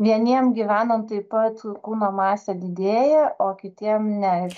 vieniem gyvenant taip pat kūno masė didėja o kitiem ne